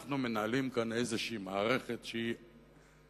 ואנחנו מנהלים כאן איזו מערכת שהיא קונטרה-ממלכתית,